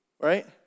Right